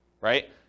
right